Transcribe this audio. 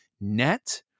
net